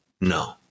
No